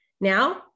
now